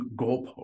goalpost